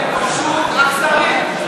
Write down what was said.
הם פשוט אכזרים.